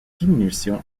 diminution